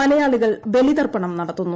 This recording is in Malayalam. മലയാളികൾ ബലിതർപ്പണം നടത്തുന്നു